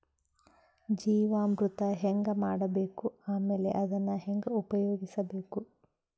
ಜೀವಾಮೃತ ಹೆಂಗ ಮಾಡಬೇಕು ಆಮೇಲೆ ಅದನ್ನ ಹೆಂಗ ಉಪಯೋಗಿಸಬೇಕು?